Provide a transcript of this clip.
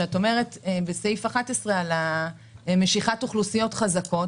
על משיכת אוכלוסיות חזקות,